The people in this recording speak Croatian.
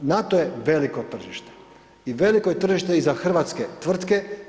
NATO je veliko tržište i veliko je tržište i za hrvatske tvrtke.